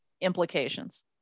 implications